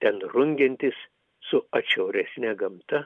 ten rungiantis su atšiauresne gamta